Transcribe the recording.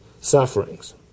sufferings